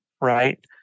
Right